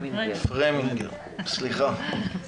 פרמינגר בבקשה.